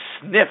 sniff